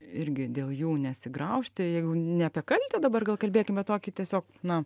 irgi dėl jų nesigraužti jeigu ne apie kaltę dabar gal kalbėkim apie tokį tiesiog nu